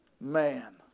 Man